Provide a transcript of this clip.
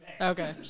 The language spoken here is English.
Okay